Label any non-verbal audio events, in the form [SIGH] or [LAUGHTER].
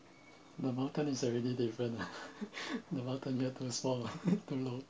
the mountain is already different uh [LAUGHS] the mountain here too small [LAUGHS] too low